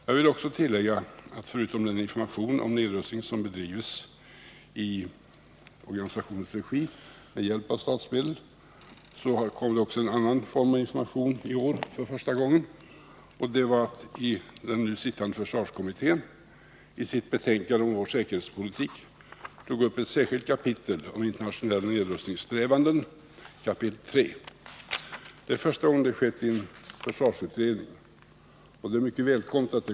Jag vill tillägga att förutom den information om nedrustning som bedrivs i organisationernas regi med hjälp av statsmedel förekommer också en annan form av information i år, för första gången. Den nu arbetande försvarskommittén har nämligen i sitt betänkande om vår försvarspolitik tagit upp ett särskilt kapitel om internationella nedrustningssträvanden — kapitel 3. Det är första gången det har skett i en försvarsutredning, och det är mycket välkommet.